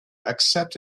accept